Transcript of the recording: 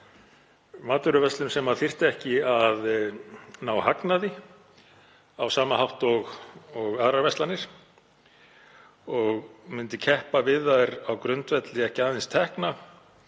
matvöruverslun sem þyrfti ekki að ná hagnaði á sama hátt og aðrar verslanir og myndi keppa við þær á grundvelli, ekki aðeins tekna